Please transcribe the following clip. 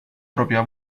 propria